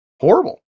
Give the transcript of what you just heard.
horrible